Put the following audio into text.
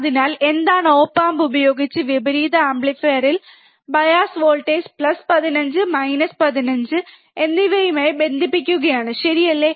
അതിനാൽ എന്താണ് op amp ഉപയോഗിച്ച് വിപരീത ആംപ്ലിഫയർഇൽ ബയസ് വോൾട്ടേജ് പ്ലസ് 15 മൈനസ് 15 എന്നിവയുമായി ബന്ധിപ്പിക്കുകയാണ് ശരിയല്ലേ